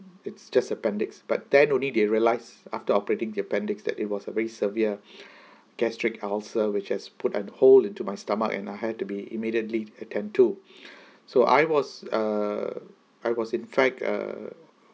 it's just appendix but then only they realise after operating the appendix that it was a very severe gastric ulcer which has put an hole into my stomach and I had to be immediately attend to so I was uh I was in fact uh